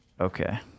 Okay